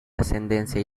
ascendencia